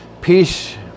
Peace